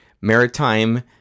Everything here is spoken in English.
maritime